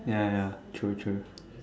ya ya true true